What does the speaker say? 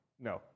No